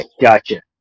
gotcha